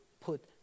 put